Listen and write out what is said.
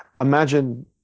imagine